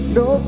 no